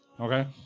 Okay